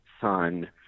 son